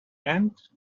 end